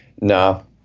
No